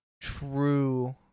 True